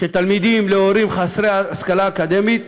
שתלמידים בנים להורים חסרי השכלה אקדמית